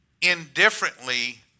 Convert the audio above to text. indifferently